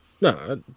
No